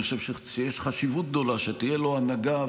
אני חושב שיש חשיבות גדולה שתהיה לו הנהגה,